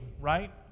right